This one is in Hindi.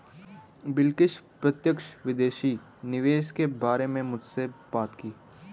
बिलकिश प्रत्यक्ष विदेशी निवेश के बारे में मुझसे बात की